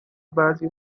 بعضی